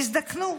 הזדקנו.